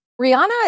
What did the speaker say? Rihanna